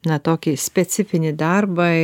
na tokį specifinį darbą